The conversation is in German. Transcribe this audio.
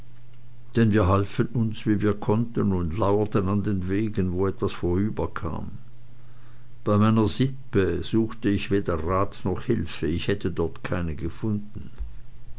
denn wir halfen uns wie wir konnten und lauerten an den wegen wo etwas vorüberkam bei meiner sippe suchte ich weder rat noch hilfe ich hätte dort keine gefunden